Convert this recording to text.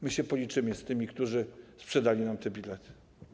My się policzymy z tymi, którzy sprzedali nam te bilety.